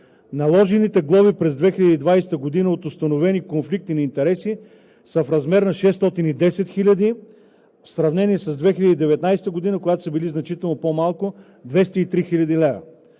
Наложените глоби през 2020 г. от установени конфликти на интереси са в размер на 610 000 лв., в сравнение с 2019 г., когато са били значително по малко – 203 000 лв.